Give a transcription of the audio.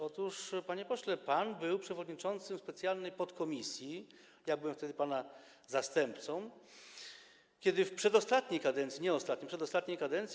Otóż, panie pośle, pan był przewodniczącym specjalnej podkomisji, ja byłem wtedy pana zastępcą, w przedostatniej kadencji - nie w ostatniej, w przedostatniej kadencji.